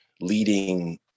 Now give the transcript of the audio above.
leading